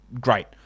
great